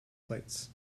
plates